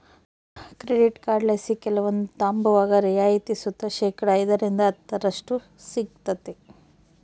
credit ಕಾರ್ಡ್ಲಾಸಿ ಕೆಲವೊಂದು ತಾಂಬುವಾಗ ರಿಯಾಯಿತಿ ಸುತ ಶೇಕಡಾ ಐದರಿಂದ ಹತ್ತರಷ್ಟು ಸಿಗ್ತತೆ